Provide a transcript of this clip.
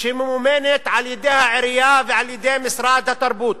שממומנת על-ידי העירייה ועל-ידי משרד התרבות,